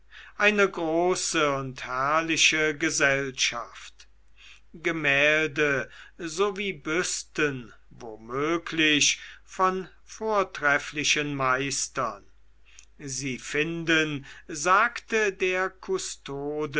eine große und herrliche gesellschaft gemälde sowie büsten wo möglich von vortrefflichen meistern sie finden sagte der